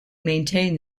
maintain